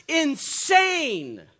insane